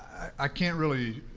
i can't really